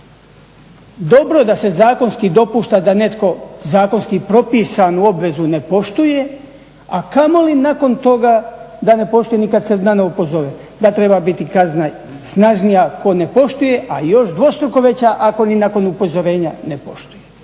dobro da se zakonski dopušta da netko zakonski propisanu obvezu ne poštuje, a kamoli nakon toga da ne poštuje ni kad se dade upozorenje, da treba biti kazna snažnija tko ne poštuje, a još dvostruko veća ako ni nakon upozorenja ne poštuje.